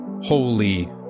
holy